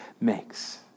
makes